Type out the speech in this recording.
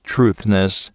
Truthness